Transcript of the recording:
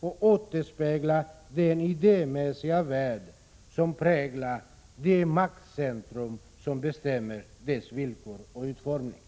och återspeglar de värderingar och den idémässiga värld som präglar det maktcentrum som bestämmer produktionens villkor och utformning.